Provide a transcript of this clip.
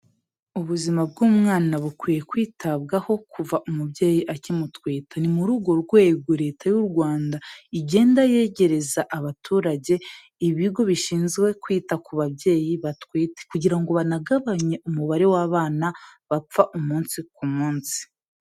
Ubuzima bw'umwana bukwiye kwitabwaho kuva umubyeyi akimutwita, ni muri urwo rwego leta y'u Rwanda igenda yegereza abaturage ibigo bishinzwe kwita ku babyeyi batwite kugira ngo banagabanye umubare w'abana bapfa umunsi ku munsi.